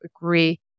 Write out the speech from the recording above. agree